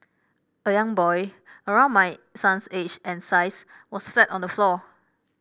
a young boy around my son's age and size was flat on the floor